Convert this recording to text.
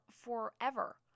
forever